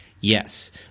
Yes